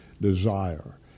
desire